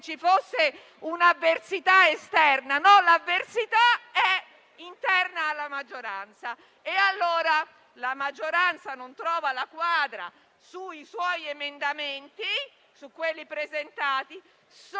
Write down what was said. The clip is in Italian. se ci fosse un'avversità esterna; no, l'avversità è interna alla maggioranza, che allora non trova la quadra sui suoi emendamenti, quelli presentati;